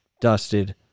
Dusted